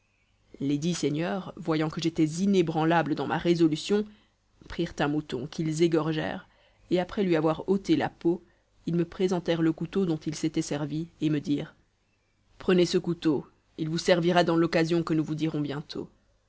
dix seigneurs voyant que j'étais inébranlable dans ma résolution prirent un mouton qu'ils égorgèrent et après lui avoir ôté la peau ils me présentèrent le couteau dont ils s'étaient servis et me dirent prenez ce couteau il vous servira dans l'occasion que nous vous dirons bientôt